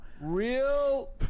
Real